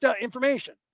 information